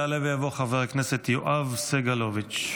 יעלה ויבוא חבר הכנסת יואב סגלוביץ'.